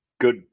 good